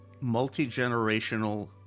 multi-generational